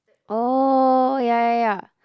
oh ya ya ya